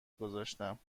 گذاشتم